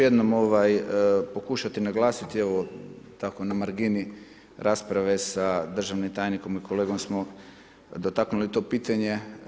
jednom pokušati naglasiti evo tako na margini rasprave sa državnim tajnikom i kolegom smo dotaknuli to pitanje.